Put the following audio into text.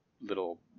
little